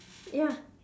ya